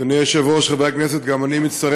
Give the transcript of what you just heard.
אדוני היושב-ראש, חברי הכנסת, גם אני מצטרף